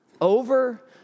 over